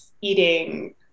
eating